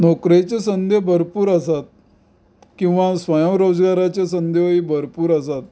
नोकरेच्यो संदी भरपूर आसात किंवा स्वयंरोजगाराच्योय संदी भरपूर आसात